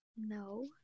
no